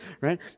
right